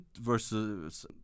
versus